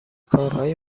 کارهای